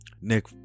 Nick